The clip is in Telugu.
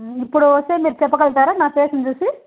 ఇప్పుడు వస్తే మీరు చెప్పగలుగుతారా నా ఫేసుని చూసి